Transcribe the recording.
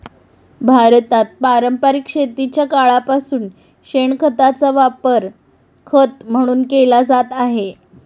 भारतात पारंपरिक शेतीच्या काळापासून शेणखताचा वापर खत म्हणून केला जात आहे